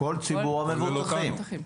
כולל אותך.